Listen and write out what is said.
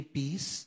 peace